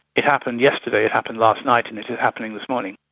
it happened yesterday, it happened last night and it is happening this morning.